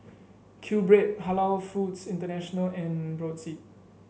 Q Bread Halal Foods International and Brotzeit